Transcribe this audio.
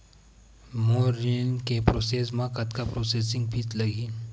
मोर ऋण के प्रोसेस म कतका प्रोसेसिंग फीस लगही?